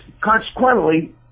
consequently